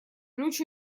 ключ